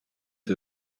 who